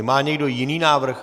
Má někdo jiný návrh?